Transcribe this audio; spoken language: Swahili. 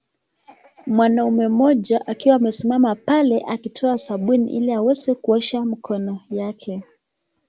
Mwanaume moja akiwa amesimama pale akitoa sabuni ili aweze kuosha mkono yake.